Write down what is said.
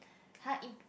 !huh! im~